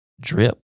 drip